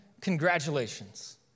congratulations